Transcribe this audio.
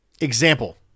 Example